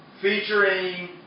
featuring